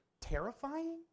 terrifying